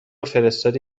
فرستادی